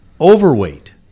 overweight